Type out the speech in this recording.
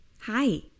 Hi